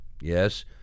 Yes